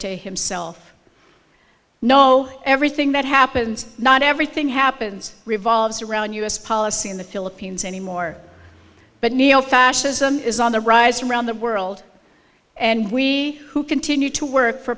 to himself no everything that happens not everything happens revolves around us policy in the philippines anymore but neil fascism is on the rise around the world and we who continue to work for